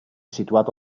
situato